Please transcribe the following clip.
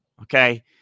Okay